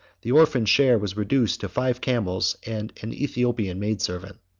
the orphan's share was reduced to five camels and an aethiopian maid-servant.